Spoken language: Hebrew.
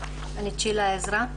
עזרא,